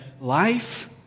life